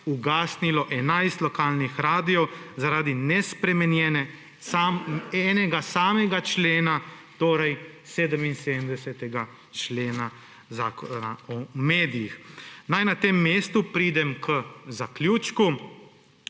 ugasnilo 11 lokalnih radiev zaradi nespremenjenega enega samega člena, torej 77. člena Zakona o medijih. Naj na tem mestu preidem k zaključku.